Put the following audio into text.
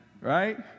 Right